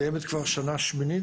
היא קיימת השנה כבר שנה שמינית.